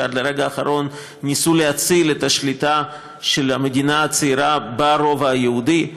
שעד לרגע האחרון ניסו להציל את השליטה של המדינה הצעירה ברובע היהודי,